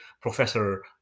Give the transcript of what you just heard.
Professor